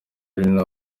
ari